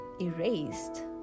erased